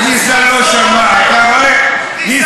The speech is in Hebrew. לא שמעתי.